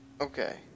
Okay